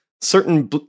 certain